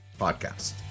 Podcast